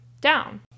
down